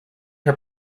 her